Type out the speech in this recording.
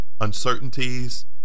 uncertainties